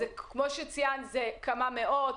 אלא זה כמה מאות,